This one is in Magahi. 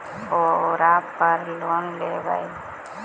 ओरापर लोन लेवै?